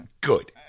good